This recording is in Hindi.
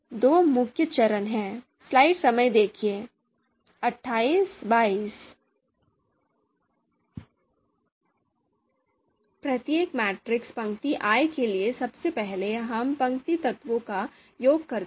दो मुख्य चरण हैं प्रत्येक मैट्रिक्स पंक्ति i के लिए सबसे पहले हम पंक्ति तत्वों का योग करते हैं